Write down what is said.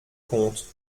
comte